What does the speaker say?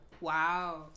Wow